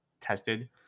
tested